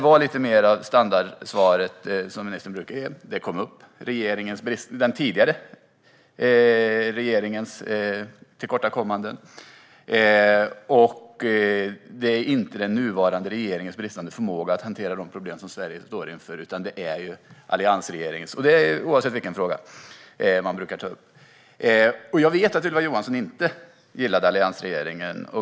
Vi fick det standardsvar som ministern brukar ge: Den tidigare regeringens brister och tillkortakommanden kom upp. Och det är inte den nuvarande regeringen som brister i förmågan att hantera de problem som Sverige står inför, utan det var alliansregeringen. Så låter det oavsett vilken fråga man tar upp. Jag vet att Ylva Johansson inte gillade alliansregeringen.